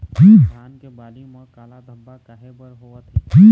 धान के बाली म काला धब्बा काहे बर होवथे?